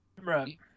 Right